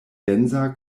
densa